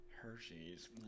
Hershey's